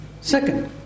Second